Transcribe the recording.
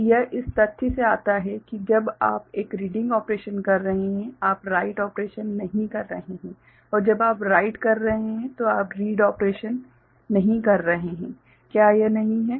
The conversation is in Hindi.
तो यह इस तथ्य से आता है कि जब आप एक रीडिंग ऑपरेशन कर रहे हैं आप राइट ऑपरेशन नहीं कर रहे हैं और जब आप राइट कर रहे हैं तो आप रीड ऑपरेशन नहीं कर रहे हैं क्या यह नहीं है